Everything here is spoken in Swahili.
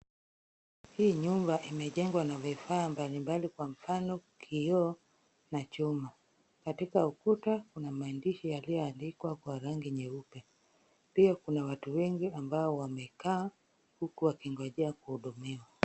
Hii nyumba imejengwa na vifaa mbali mbali kwa mfano kioo na chuma. Katika ukuta kuna maandishi yaliyoandikwa kwa rangi nyeupe, pia kuna watu wengi ambao wamekaa huku wakingojea kuhudumiwa.